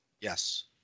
Yes